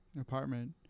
apartment